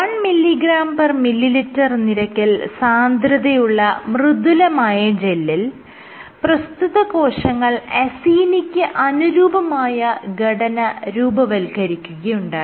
1mgml നിരക്കിൽ സാന്ദ്രതയുള്ള മൃദുലമായ ജെല്ലിൽ പ്രസ്തുത കോശങ്ങൾ അസീനിക്ക് അനുരൂപമായ ഘടന രൂപവൽക്കരിക്കുകയുണ്ടായി